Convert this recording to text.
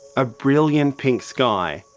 a brilliant pink sky,